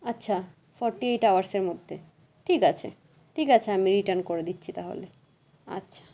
আচ্ছা forty eight আওয়ারসের মধ্যে ঠিক আছে ঠিক আছে আমি রিটার্ন করে দিচ্ছি তাহলে আচ্ছা